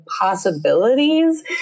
possibilities